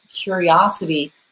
curiosity